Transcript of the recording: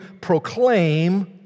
proclaim